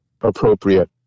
appropriate